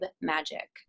magic